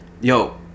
Yo